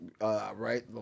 right